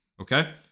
okay